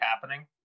happening